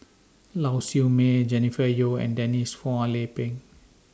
Lau Siew Mei Jennifer Yeo and Denise Phua Lay Peng